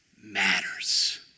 matters